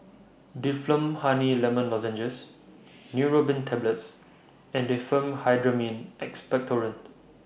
Difflam Honey Lemon Lozenges Neurobion Tablets and Diphenhydramine Expectorant